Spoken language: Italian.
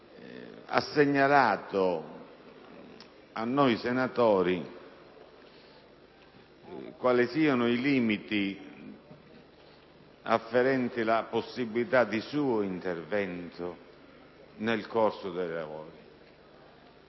ha segnalato a noi senatori quali siano i limiti afferenti la possibilità che lei ha di intervenire nel corso dei lavori